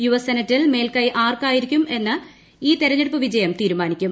US സെനറ്റിൽ മേൽക്കൈ ആർക്കായിരിക്കും എന്ന് ഈ തെരഞ്ഞെടുപ്പ് വിജയം തീരുമാനിക്കും